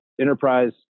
enterprise